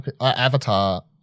avatar